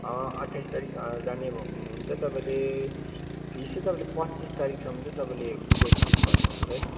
अट्ठाइस तारिख जाने हुन्छ तपाईँले फिस चाहिँ तपाईँले पच्चिस तारिखसम्म चाहिँ तपाईँले बुझाइसक्नु पर्ने हुन्छ है